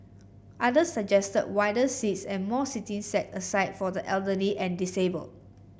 other suggested wider seats and more seating set aside for the elderly and disabled